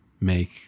make